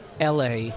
LA